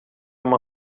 uma